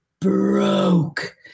broke